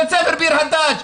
בית ספר ביר עדאש?